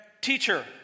teacher